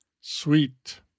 Sweet